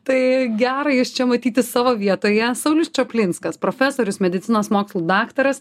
tai gera jus čia matyti savo vietoje saulius čaplinskas profesorius medicinos mokslų daktaras